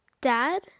Dad